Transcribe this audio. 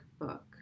book